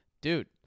dude